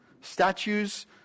statues